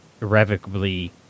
irrevocably